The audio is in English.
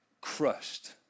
crushed